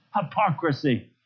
hypocrisy